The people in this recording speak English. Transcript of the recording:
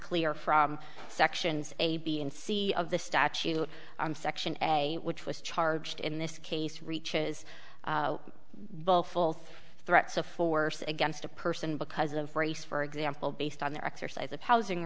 clear from sections a b and c of the statute on section a which was charged in this case reaches both threats of force against a person because of race for example based on their exercise of housing